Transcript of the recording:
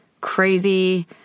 crazy